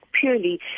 purely